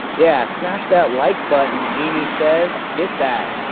yeah smash that like button genie says get that.